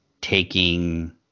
taking